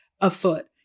afoot